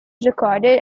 recorded